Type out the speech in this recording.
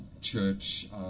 church